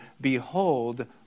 behold